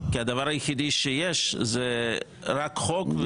כי הדבר היחידי שיש זה רק חוק.